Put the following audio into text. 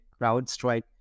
CrowdStrike